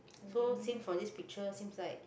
so seems for this picture seems like